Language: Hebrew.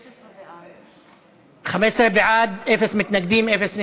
15 בעד, אפס מתנגדים, אפס נמנעים.